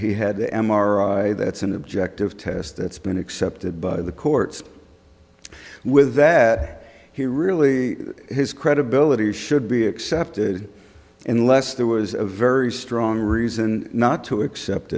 he had a m r i that's an objective test that's been accepted by the courts with that he really his credibility should be accepted unless there was a very strong reason not to accept